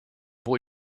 boy